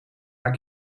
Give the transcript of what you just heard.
haar